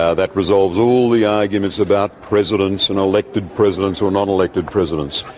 ah that resolves all the arguments about presidents and elected presidents or non-elected presidents.